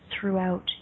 throughout